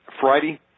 Friday